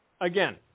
Again